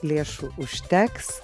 lėšų užteks